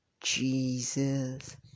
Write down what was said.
Jesus